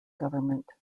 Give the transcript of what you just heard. government